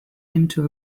into